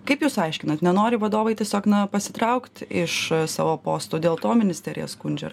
kaip jūs aiškinat nenori vadovai tiesiog na pasitraukt iš savo posto dėl to ministeriją skundžia